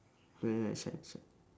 very nice shine shine